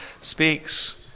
speaks